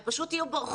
הם יהיו מחר ברחוב?